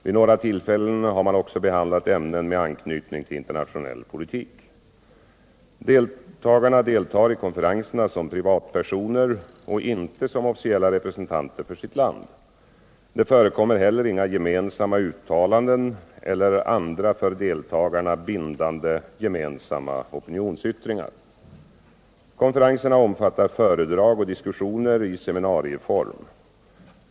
Vid några tillfällen har 47 man också behandlat ämnen med anknytning till internationell politik. Deltagarna deltar i konferenserna som privatpersoner och inte som officiella representanter för sitt land. Det förekommer heller inga gemcensamma uttalanden eller andra för deltagarna bindande gemensamma opinionsyttringar. Konferen serna omfattar föredrag och diskussioner i seminarieform.